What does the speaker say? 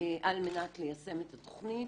על מנת ליישם את התכנית,